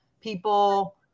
people